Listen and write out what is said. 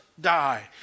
die